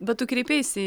bet tu kreipeisi